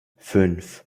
fünf